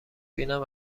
اینم